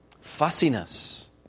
Fussiness